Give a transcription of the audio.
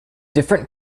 different